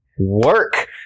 work